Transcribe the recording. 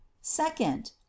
Second